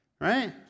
right